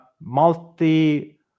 multi